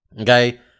Okay